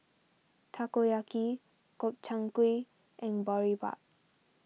Takoyaki Gobchang Gui and Boribap